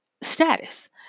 status